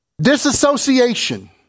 Disassociation